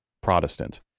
Protestant